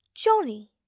Johnny